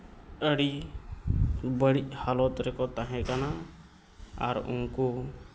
ᱟᱹᱰᱤ ᱵᱟᱹᱲᱤᱡ ᱦᱟᱞᱚᱛ ᱨᱮᱠᱚ ᱛᱟᱦᱮᱸ ᱠᱟᱱᱟ ᱟᱨ ᱩᱱᱠᱩ